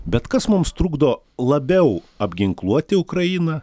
bet kas mums trukdo labiau apginkluoti ukrainą